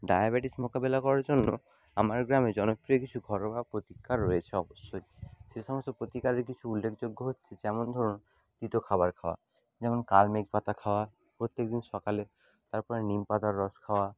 diabetes মোকাবিলা করার জন্য আমার গ্রামে জনপ্রিয় কিছু ঘরোয়া প্রতিকার রয়েছে অবশ্যই সেসমস্ত প্রতিকারের কিছু উল্লেখযোগ্য হচ্ছে যেমন ধরুণ তিতো খাবার খাওয়া যেমন কালমেঘ পাতা খাওয়া প্রত্যেক দিন সকালে তারপরে নিমপাতার রস খাওয়া